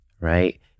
right